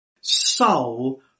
soul